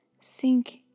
sink